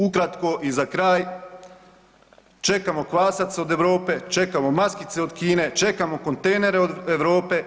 Ukratko i za kraj, čekamo kvasac od Europe, čekamo maskice od Kine, čekamo kontejnere od Europe.